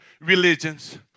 religions